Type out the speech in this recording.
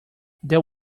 that